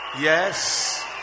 yes